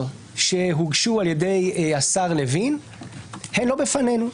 שהוגשו על-ידי השר לוין הן לא בפנינו,